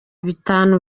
bitanu